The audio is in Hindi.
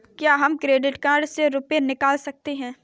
क्या हम क्रेडिट कार्ड से रुपये निकाल सकते हैं?